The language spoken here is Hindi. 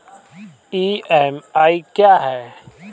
ई.एम.आई क्या है?